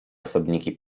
osobniki